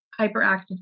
hyperactive